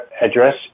address